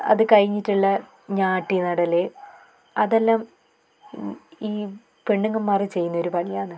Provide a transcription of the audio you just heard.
അത് കഴിഞ്ഞിട്ടുള്ള ഞാറ്റു നടൽ അതെല്ലാം ഈ പെണ്ണുങ്ങമാർ ചെയ്യുന്നൊരു പണിയാണ്